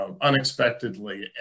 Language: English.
unexpectedly